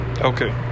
Okay